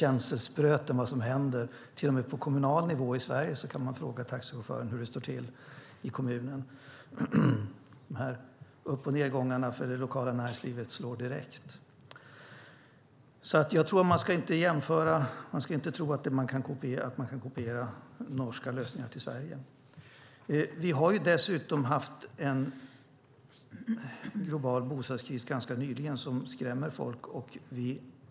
Till och med för att veta hur det står till på kommunal nivå i Sverige kan man fråga taxichauffören. Upp och nedgångarna för det lokala näringslivet slår direkt. Man ska inte tro att det går att kopiera norska lösningar till Sverige. Det har dessutom nyligen varit en skrämmande global bostadskris.